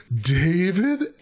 David